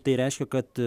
tai reiškia kad